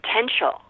potential